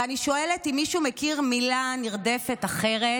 ואני שואלת אם מישהו מכיר מילה נרדפת אחרת